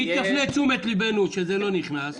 השר יפנה את תשומת ליבנו שזה לא נכנס,